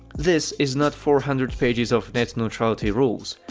this is not four hundred pages of net neutrality rules.